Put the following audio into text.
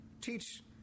teach